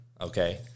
okay